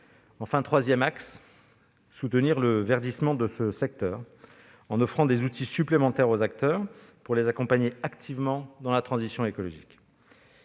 Enfin, le troisième axe est de soutenir le verdissement de ce secteur, en offrant des outils supplémentaires aux acteurs pour les accompagner activement dans la transition écologique.